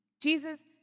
Jesus